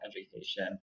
education